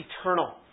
eternal